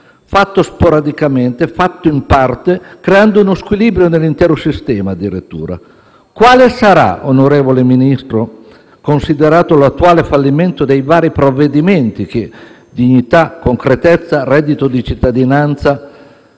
Fatto sporadicamente e in parte ha creato uno squilibrio nell'intero sistema. Onorevole Ministro, considerato l'attuale fallimento dei vari provvedimenti (dignità, concretezza e reddito di cittadinanza),